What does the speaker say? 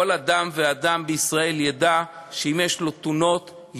כל אדם ואדם בישראל ידע שאם יש לו תלונות,